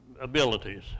abilities